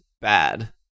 bad